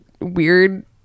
weird